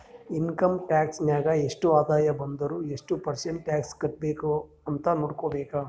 income tax ನಾಗ್ ಎಷ್ಟ ಆದಾಯ ಬಂದುರ್ ಎಷ್ಟು ಪರ್ಸೆಂಟ್ ಟ್ಯಾಕ್ಸ್ ಕಟ್ಬೇಕ್ ಅಂತ್ ನೊಡ್ಕೋಬೇಕ್